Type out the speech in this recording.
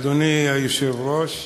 אדוני היושב-ראש,